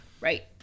Right